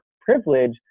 privilege